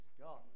God